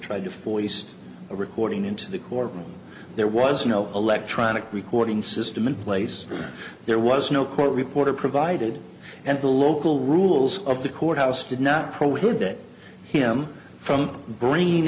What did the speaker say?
try to foist a recording into the courtroom there was no electronic recording system in place there was no court reporter provided and the local rules of the court house did not prohibit him from bringing